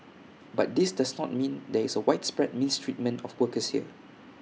but this does not mean there is A widespread mistreatment of workers here